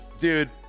Dude